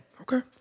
Okay